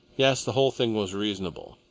yes, the whole thing was reasonable.